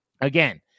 Again